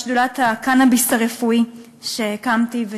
את שדולת הקנאביס הרפואי שהקמתי,